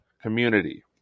Community